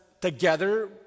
together